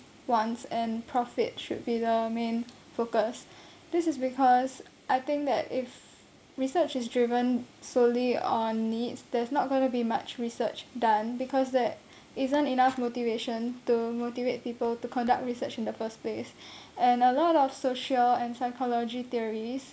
wants and profit should be the main focus this is because I think that if research is driven solely on needs there's not going to be much research done because there isn't enough motivation to motivate people to conduct research in the first place and a lot of social and psychology theories